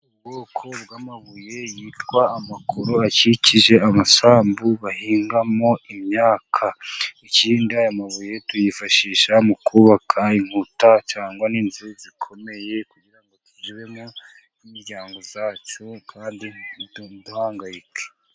Ubwoko bw'amabuye yitwa amakoro akikije amasambu bahingamo imyaka. Ikindi aya mabuye tuyifashisha mu kubaka inkuta cyangwa n' inzu zikomeye, kugira ngo tuzibemo n imiryango yacu kandi ntiduhangayike.